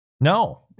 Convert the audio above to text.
No